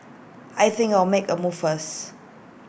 I think I'll make A move first